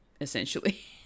essentially